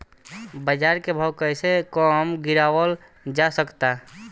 बाज़ार के भाव कैसे कम गीरावल जा सकता?